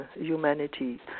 humanity